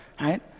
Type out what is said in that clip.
Right